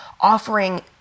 offering